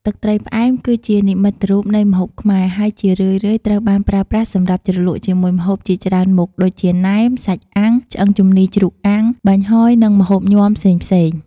ទឹកត្រីផ្អែម គឺជានិមិត្តរូបនៃម្ហូបខ្មែរ ហើយជារឿយៗត្រូវបានប្រើប្រាស់សម្រាប់ជ្រលក់ជាមួយម្ហូបជាច្រើនមុខដូចជា ណែម សាច់អាំង ឆ្អឹងជំនីរជ្រូកអាំង បាញ់ហយនិងម្ហូបញាំផ្សេងៗ។